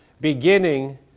beginning